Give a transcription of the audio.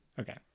Okay